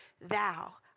thou